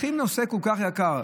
לוקחים נושא כל כך יקר,